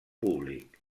públic